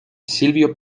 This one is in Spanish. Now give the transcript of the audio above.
silvio